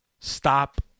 stop